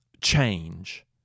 change